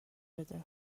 بده